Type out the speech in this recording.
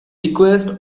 request